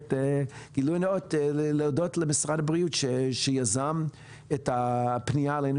גילוי נאות: להודות למשרד הבריאות שיזם את הפנייה אלינו,